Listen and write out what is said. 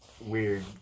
Weird